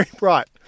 Right